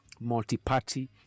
multi-party